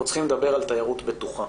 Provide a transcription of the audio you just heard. אנחנו צריכים לדבר על תיירות בטוחה.